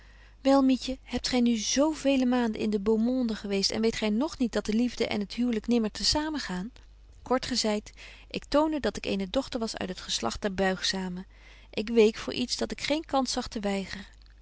wel mietje hebt gy nu zo vele maanden in de beaumonde geweest en weet gy nog niet dat de liefde en het huwlyk nimmer te samen gaan kort gezeit ik toonde dat ik eene dochter was uit het geslagt der buigzamen ik week voor iets dat ik geen kans zag te weigeren